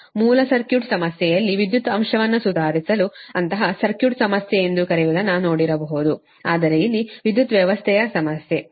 ಮೂಲ ಸರ್ಕ್ಯೂಟ್ ಸಮಸ್ಯೆಯಲ್ಲಿ ವಿದ್ಯುತ್ ಅಂಶವನ್ನು ಸುಧಾರಿಸಲು ಅಂತಹ ಸರ್ಕ್ಯೂಟ್ ಸಮಸ್ಯೆ ಎಂದು ಕರೆಯುವದನ್ನು ನೋಡಿರಬಹುದು ಆದರೆ ಇಲ್ಲಿ ಅದು ವಿದ್ಯುತ್ ವ್ಯವಸ್ಥೆಯ ಸಮಸ್ಯೆ